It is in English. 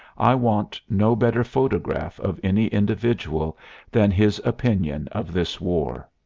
i want no better photograph of any individual than his opinion of this war.